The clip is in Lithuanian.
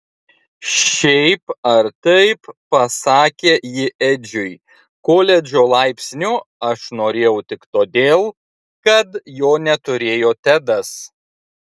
šiaip ar taip pasakė ji edžiui koledžo laipsnio aš norėjau tik todėl kad jo neturėjo tedas